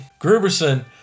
Gruberson